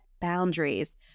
boundaries